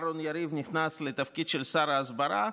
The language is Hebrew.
אהרן יריב נכנס לתפקיד של שר ההסברה,